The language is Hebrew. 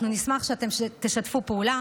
אנחנו נשמח שאתם תשתפו פעולה,